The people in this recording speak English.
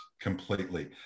completely